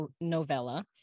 novella